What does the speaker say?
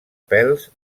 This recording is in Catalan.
pèls